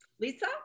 Lisa